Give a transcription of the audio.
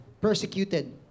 persecuted